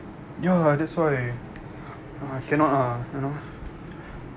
ya that's why ah cannot ah you know